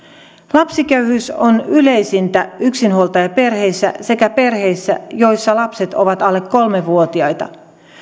lapsiköyhyys on yleisintä yksinhuoltajaperheissä sekä perheissä joissa lapset ovat alle kolmevuotiaita